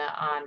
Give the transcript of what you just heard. on